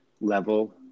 level